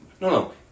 no